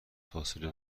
فاصله